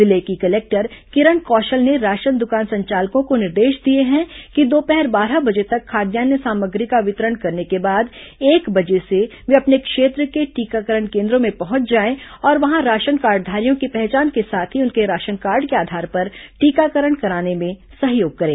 जिले की कलेक्टर किरण कौशल ने राशन दुकान संचालकों को निर्देश दिए हैं कि दोपहर बारह बजे तक खाद्यान्न सामग्री का वितरण करने के बाद एक बजे वे अपने क्षेत्र के टीकाकरण केन्द्रों में पहुंच जाए और वहां राशन कार्डधारियों की पहचान के साथ ही उनके राशन कार्ड के आधार पर टीकाकरण कराने में सहयोग करें